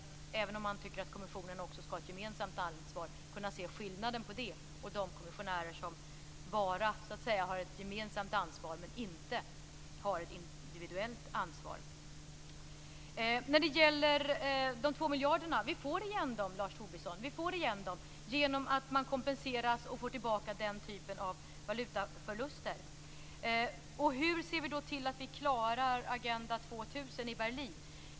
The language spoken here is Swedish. Även om man tycker att kommissionen också skall ha ett gemensamt ansvar gäller det att kunna se skillnaderna mellan det och de kommissionärer som bara så att säga har ett gemensamt ansvar, inte ett individuellt ansvar. De 2 miljarderna får vi igen, Lars Tobisson, genom att man kompenseras och får tillbaka den typen av valutaförluster. Hur ser vi då till att vi klarar Agenda 2000 i Berlin?